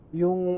yung